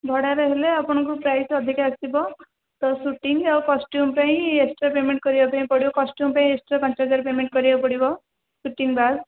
ଭଡ଼ାରେ ହେଲେ ଆପଣଙ୍କୁ ପ୍ରାଇସ୍ ଅଧିକା ଆସିବ ତ ସୁଟିଂ ଆଉ କଷ୍ଟ୍ୟୁମ୍ ପାଇଁ ଏକ୍ସଟ୍ରା ପେମେଣ୍ଟ୍ କରିବା ପାଇଁ ପଡ଼ିବ କଷ୍ଟ୍ୟୁମ୍ ପାଇଁ ଏକ୍ସଟ୍ରା ପାଞ୍ଚ ହଜାର ପେମେଣ୍ଟ୍ କରିବାକୁ ପଡ଼ିବ ସୁଟିଂ ବାଦ